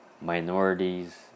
Minorities